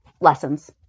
lessons